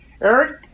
Eric